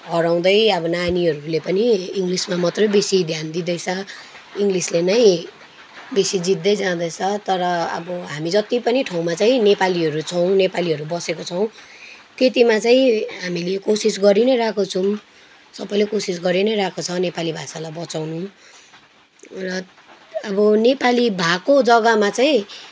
हराउँदै अब नानीहरूले पनि इङ्लिसमा मात्रै बेसी ध्यान दिँदैछ इङ्लिसले नै बेसी जित्दै जाँदैछ तर अब हामी जति पनि ठाउँमा चाहिँ नेपालीहरू छौँ नेपालीहरू बसेको छौँ त्यतिमा चाहिँ हामीले कोसिस गरी नै रहेको छौँ सबैले कोसिस गरी नै रहेको छ नेपाली भाषालाई बचाउनु र अब नेपाली भएको जग्गामा चाहिँ